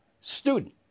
student